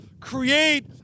create